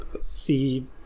see